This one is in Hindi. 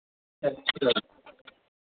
अच्छा